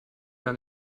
gar